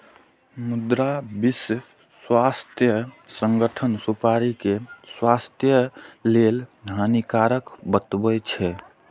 मुदा विश्व स्वास्थ्य संगठन सुपारी कें स्वास्थ्य लेल हानिकारक बतबै छै